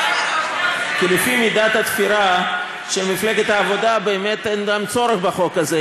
כי לפי מידת התפירה של מפלגת העבודה באמת אין גם צורך בחוק הזה,